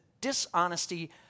dishonesty